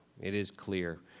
it is clear.